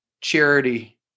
charity